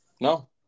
no